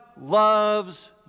loves